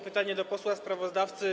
Pytanie do posła sprawozdawcy.